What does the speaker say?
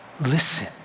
listen